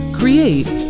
create